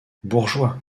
bourgeois